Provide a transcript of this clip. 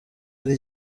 ari